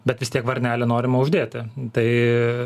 bet vis tiek varnelė norima uždėti tai